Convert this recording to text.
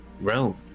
realm